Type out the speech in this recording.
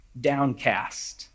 downcast